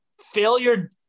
failure